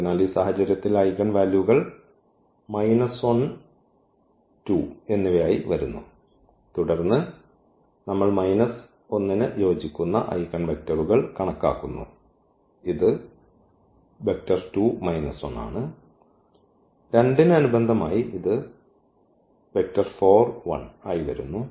അതിനാൽ ഈ സാഹചര്യത്തിൽ ഐഗൻ വാല്യൂകൾ 1 2 ആയി വരുന്നു തുടർന്ന് നമ്മൾ മൈനസ് 1 ന് യോജിക്കുന്ന ഐഗൻവെക്റ്ററുകൾ കണക്കാക്കുന്നു ഇത് ആണ് 2 ന് അനുബന്ധമായി ഇത് ആയി വരുന്നു